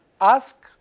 ask